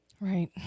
Right